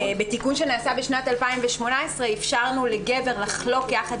בתיקון שנעשה בשנת 2018 אפשרנו לגבר לחלוק יחד